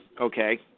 okay